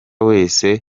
wese